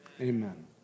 Amen